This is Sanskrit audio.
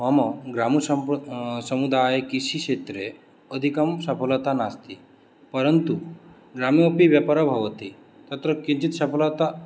मम ग्रामसम्प्र समूदाये कृषिक्षेत्रे अधिकं सफलता नास्ति परन्तु ग्रामेपि व्यापारः भवति तत्र किञ्चित् सफलता